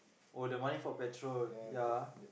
oh the money for petrol ya